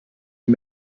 and